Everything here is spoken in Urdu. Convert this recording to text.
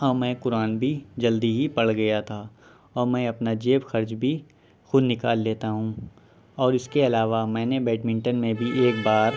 ہاں میں قرآن بھی جلدی ہی پڑھ گیا تھا اور میں اپنا جیب خرچ بھی خود نکال لیتا ہوں اور اس کے علاوہ میں نے بیٹمنٹن میں بھی ایک بار